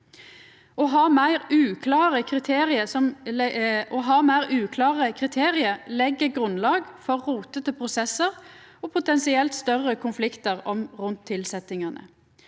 Å ha meir uklare kriterium legg grunnlag for rotete prosessar og potensielt større konfliktar rundt tilsetjingane.